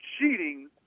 cheating